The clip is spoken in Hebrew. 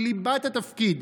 ליבת התפקיד,